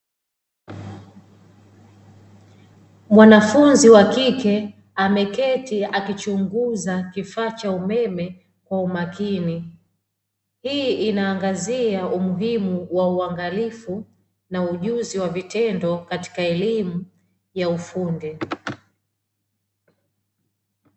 Mwanafunzi wa kike ameketi akichunguza kifaa cha umeme kwa umakini, hii inaangazia umuhimu wa uangalifu na ujuzi wa vitendo katika elimu ya ufundi.